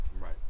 Right